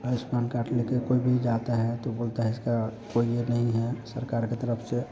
Ayushman card लेकर कोई भी जाता है तो बोलता है इसका कोई यह नहीं है सरकार की तरफ से